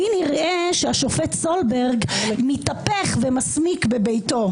לי נראה שהשופט סולברג מתהפך ומסמיק בביתו.